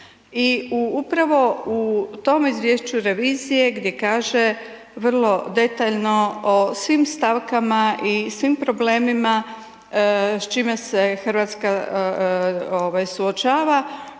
u upravo u tom izvješću revizije gdje kaže vrlo detaljno o svim stavkama i svim problemima s čime se Hrvatska ovaj